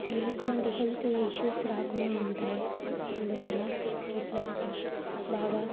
ఎటువంటి health issues రాకుండా ఉంటాయి అందువల్ల చెట్లకి బాగా బాగా